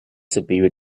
superior